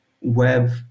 web